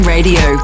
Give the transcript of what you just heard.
Radio